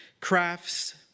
crafts